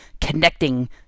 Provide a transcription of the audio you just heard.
connecting